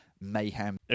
mayhem